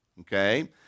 okay